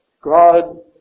God